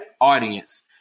audience